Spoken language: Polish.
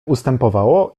ustępowało